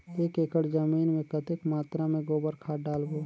एक एकड़ जमीन मे कतेक मात्रा मे गोबर खाद डालबो?